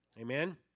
Amen